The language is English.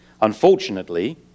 Unfortunately